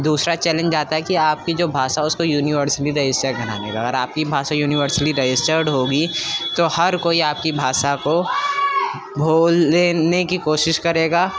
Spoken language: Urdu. دوسرا چیلینج آتا ہے کہ آپ کی جو بھاشا ہے اس کو یونیورسلی رجسٹرڈ بنانے کا اگر آپ کی بھاشا یونیورسلی رجسٹرڈ ہوگی تو ہر کوئی آپ کی بھاشا کو بھول لینے کی کوشش کرے گا